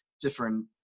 different